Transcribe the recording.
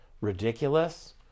ridiculous